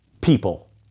people